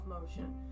motion